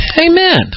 Amen